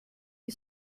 you